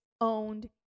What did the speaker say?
owned